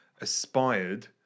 aspired